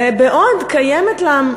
בעוד קיימת לה,